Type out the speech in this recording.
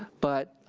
but,